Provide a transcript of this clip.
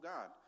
God